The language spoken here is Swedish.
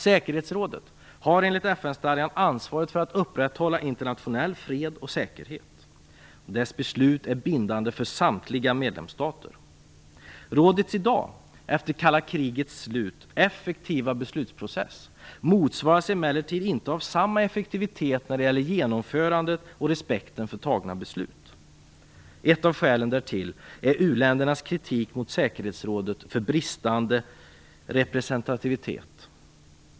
Säkerhetsrådet har enligt FN-stadgan ansvaret för att upprätthålla internationell fred och säkerhet, och dess beslut är bindande för samtliga medlemsstater. Rådets i dag, efter kalla krigets slut, effektiva beslutsprocess motsvaras emellertid inte av samma effektivitet när det gäller genomförandet och respekten för fattade beslut. Ett av skälen därtill är uländernas kritik mot säkerhetsrådet för bristande representativitet.